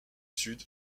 sud